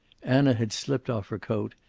anna had slipped off her coat,